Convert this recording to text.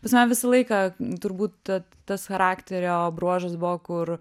pas mane visą laiką turbūt ta tas charakterio bruožas buvo kur